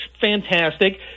fantastic